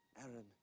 Aaron